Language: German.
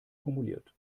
formuliert